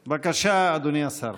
בבקשה, אדוני השר.